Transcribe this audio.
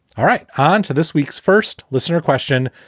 all right, on to this week's first listener question.